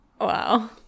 wow